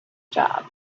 job